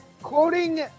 quoting